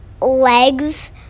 legs